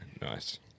Nice